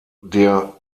der